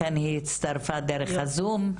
לכן היא הצטרפה דרך הזום,